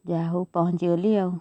ଯାହା ହଉ ପହଞ୍ଚିଗଲି ଆଉ